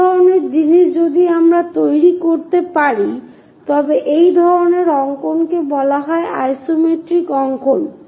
এই ধরনের জিনিস যদি আমরা তৈরি করতে পারি তবে সেই ধরনের অঙ্কনকে বলা হয় আইসোমেট্রিক অঙ্কন